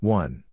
one